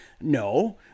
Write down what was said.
No